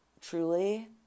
truly